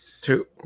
Two